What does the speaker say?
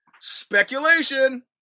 Speculation